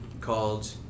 called